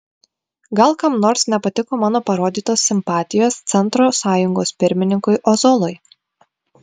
gal kam nors nepatiko mano parodytos simpatijos centro sąjungos pirmininkui ozolui